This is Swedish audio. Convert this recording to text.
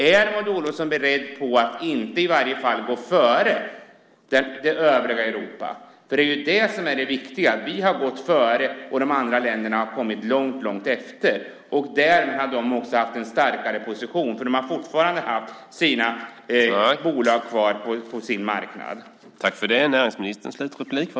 Är Maud Olofsson beredd att åtminstone inte gå före det övriga Europa? Det är viktigt. Vi har gått före, och de andra länderna har kommit långt efter. I och med det har de haft en starkare position för de har fortfarande haft sina bolag kvar på sin marknad.